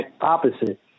opposite